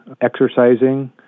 exercising